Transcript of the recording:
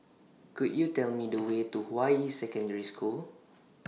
Could YOU Tell Me The Way to Hua Yi Secondary School